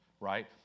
right